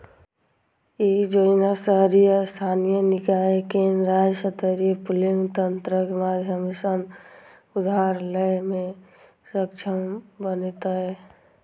ई योजना शहरी स्थानीय निकाय कें राज्य स्तरीय पूलिंग तंत्रक माध्यम सं उधार लै मे सक्षम बनेतै